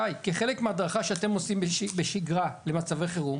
כחלק מההדרכה שאתם עושים בשגרה למצבי חירום.